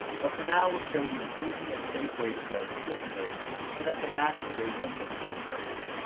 but for now, we'll show you an easy, and safe way to set up your shipping rates, so that they match the rates that printful will charge you.